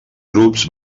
grups